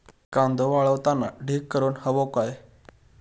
कांदो वाळवताना ढीग करून हवो काय?